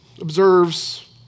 observes